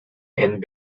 and